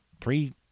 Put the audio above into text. three